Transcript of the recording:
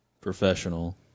professional